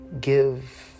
give